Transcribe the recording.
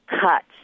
cuts